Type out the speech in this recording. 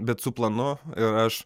bet su planu ir aš